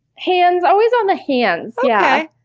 hands, always on the hands. yeah